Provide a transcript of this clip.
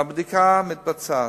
והבדיקה מתבצעת.